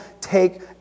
take